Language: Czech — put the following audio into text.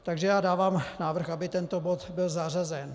Takže dávám návrh, aby tento bod byl zařazen.